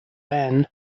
band